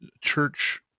church